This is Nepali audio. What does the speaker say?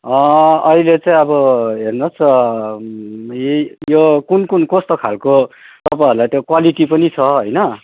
अहिले चाहिँ अब हेर्नुहोस् यी यो कुन कुन कस्तो खालको तपाईँहरूलाई त्यो क्वालिटी पनि छ होइन